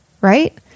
Right